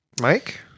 Mike